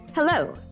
Hello